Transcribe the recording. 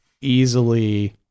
easily